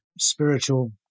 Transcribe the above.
spiritual